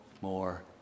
more